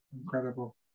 Incredible